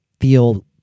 feel